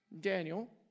Daniel